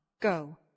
go